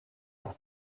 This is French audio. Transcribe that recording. pour